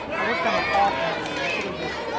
i work down the hall from you. you could've just.